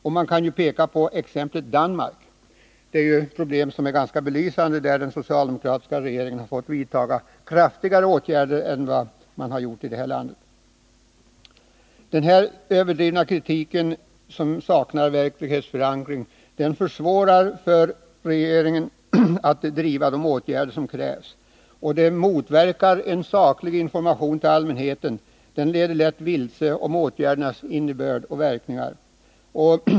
Jag kan t.ex. peka på Danmark, där man har problem som är ganska belysande. Den socialdemokratiska regeringen där har fått vidta kraftigare och än mer impopulära åtgärder än vi har gjort i det här landet. Denna överdrivna kritik, som saknar verklighetsförankring, försvårar för regeringen att driva fram de åtgärder som krävs, och den motverkar en saklig information till allmänheten. Den vilseleder när det gäller åtgärdernas innebörd och verkningar.